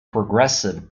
progressive